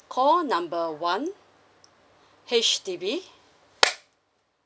call number one H_D_B